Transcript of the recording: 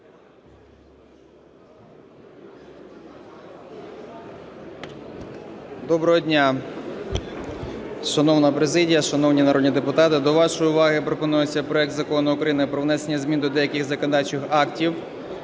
Доброго дня, шановна президія, шановні народні депутати! До вашої уваги пропонується проект Закону України про внесення змін до деяких законодавчих актів